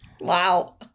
wow